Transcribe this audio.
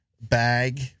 bag